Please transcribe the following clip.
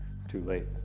it's too late.